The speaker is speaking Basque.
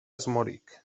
asmorik